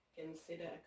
consider